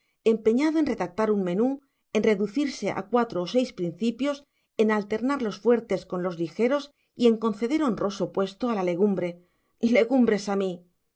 empeñado en redactar un menú en reducirse a cuatro o seis principios en alternar los fuertes con los ligeros y en conceder honroso puesto a la legumbre legumbres a mí